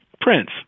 Prince